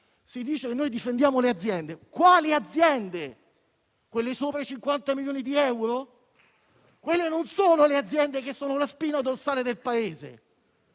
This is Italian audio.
Si dice che noi difendiamo le aziende. Quali aziende? Quelle con fatturato sopra i 50 milioni di euro? Quelle aziende non sono la spina dorsale del Paese.